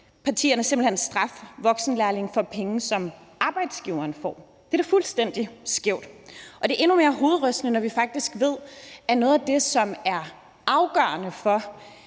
partierne simpelt hen straffe voksenlærlinge ved at give pengene til arbejdsgiveren. Det er da fuldstændig skævt, og det er endnu mere hovedrystende, når vi faktisk ved, at noget af det, som er afgørende for,